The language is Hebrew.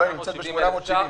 היא נמצאת פה ב-870.